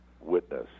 witness